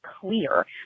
clear